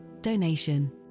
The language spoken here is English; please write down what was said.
donation